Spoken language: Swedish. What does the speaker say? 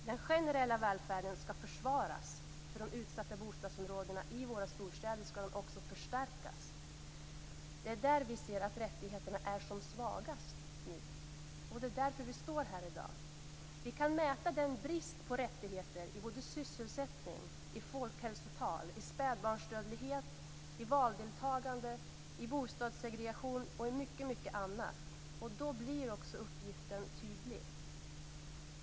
Den generella välfärden skall försvaras. För de utsatta bostadsområdena i våra storstäder skall den också förstärkas. Det är där vi ser att rättigheterna är som svagast. Och det är därför som vi står här i dag. Man kan mäta den brist på rättigheter i sysselsättning, i folkhälsotal, i spädbarnsdödlighet, i valdeltagande, i bostadssegregation och i mycket annat. Då blir också uppgiften tydlig.